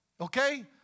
okay